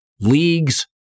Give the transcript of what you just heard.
leagues